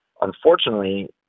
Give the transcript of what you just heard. unfortunately